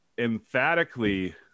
emphatically